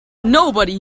nobody